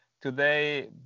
today